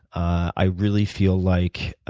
i really feel like